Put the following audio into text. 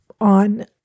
on